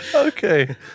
Okay